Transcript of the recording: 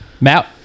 Matt